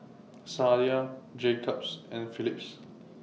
Sadia Jacob's and Phillips